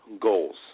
goals